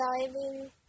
diving